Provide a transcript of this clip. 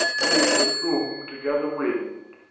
made in a plume to gather wind.